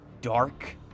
dark